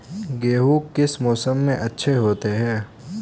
गेहूँ किस मौसम में अच्छे होते हैं?